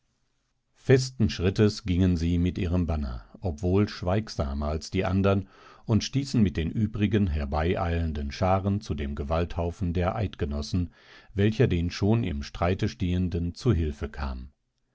festen schrittes gingen sie mit ihrem banner obwohl schweigsamer als die anderen und stießen mit den übrigen herbeieilenden scharen zu dem gewalthaufen der eidgenossen welcher den schon im streite stehenden zu hilfe kam